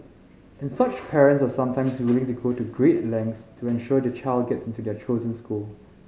and such parents are sometimes willing to go to great lengths to ensure their child gets into their chosen school